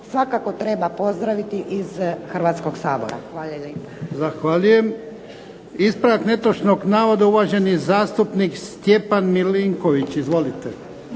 Hvala lijepa. **Jarnjak, Ivan (HDZ)** Zahvaljujem. I ispravak netočnog navoda uvaženi zastupnik Stjepan Milinković. Izvolite.